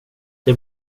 det